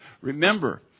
Remember